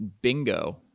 bingo